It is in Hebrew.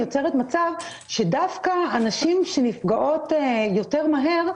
יוצרת מצב שדווקא הנשים שנפגעות יותר מהר,